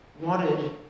wanted